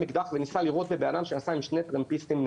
וניסה לירות באדם שנסע עם שני נערים טרמפיסטים.